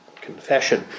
Confession